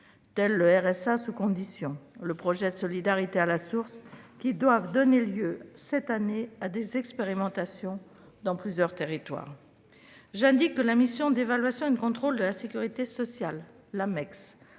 le « RSA sous conditions » et le projet de « solidarité à la source », qui doivent donner lieu cette année à des expérimentations dans plusieurs territoires. J'indique que la mission d'évaluation et de contrôle de la sécurité sociale (Mecss)